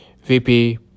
VP